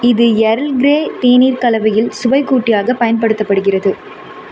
இது Earl Grey தேநீர் கலவையில் சுவைக் கூட்டியாகப் பயன்படுத்தப்படுகிறது